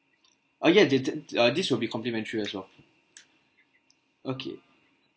uh ya that that uh this will be complimentary as well okay